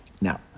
Now